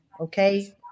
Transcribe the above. okay